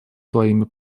своими